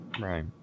Right